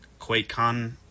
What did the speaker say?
QuakeCon